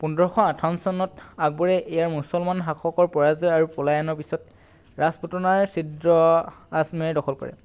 পোন্ধৰশ আঠাৱন্ন চনত আকবৰে ইয়াৰ মুছলমান শাসকৰ পৰাজয় আৰু পলায়নৰ পিছত ৰাজপুতনাৰ ছিদ্ৰ ৰাজমে দখল কৰে